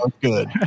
good